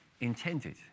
intended